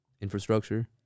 Infrastructure